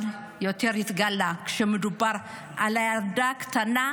אבל יותר התגלה: כשמדובר על הילדה הקטנה,